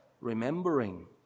remembering